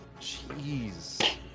Jeez